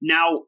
Now